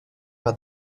par